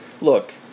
look